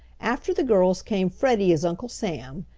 after the girls came freddie as uncle sam,